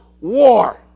war